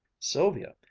sylvia,